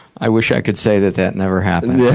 i wish i could say that that never happened.